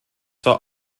war